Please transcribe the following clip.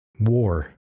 War